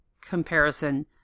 comparison